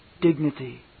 dignity